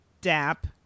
DAP